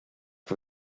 for